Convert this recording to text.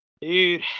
Dude